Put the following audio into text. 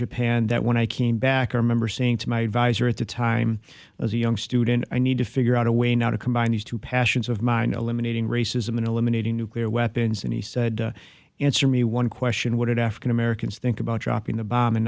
japan that when i came back i remember saying to my advisor at the time as a young student i need to figure out a way now to combine these two passions of mine eliminating racism and eliminating nuclear weapons and he said answer me one question what did african americans think about dropping the bomb in